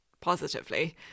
positively